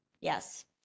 Yes